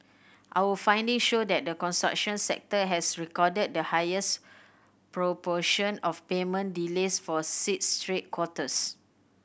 our finding show that the construction sector has recorded the highest proportion of payment delays for six straight quarters